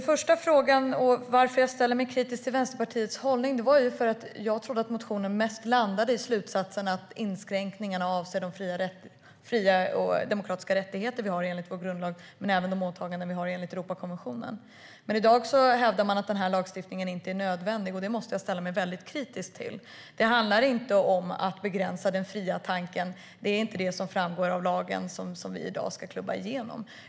Fru talman! Jag ställer mig kritisk till Vänsterpartiets hållning. Jag trodde att motionen mest landade i slutsatsen att det görs inskränkningar avseende de demokratiska friheter och rättigheter vi har enligt vår grundlag och de åtaganden vi har enligt Europakonventionen. Men i dag hävdar man att den här lagstiftningen inte är nödvändig, och det måste jag ställa mig väldigt kritisk till. Det handlar inte om att begränsa den fria tanken. Det är inte det som framgår av den lag vi i dag ska klubba igenom.